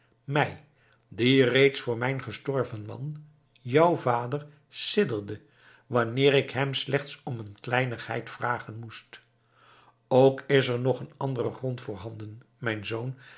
mij die reeds voor mijn gestorven man jouw vader sidderde wanneer ik hem slechts om een kleinigheid vragen moest ook is er nog een andere grond voorhanden mijn zoon